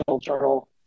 Journal